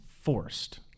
forced